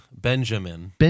Benjamin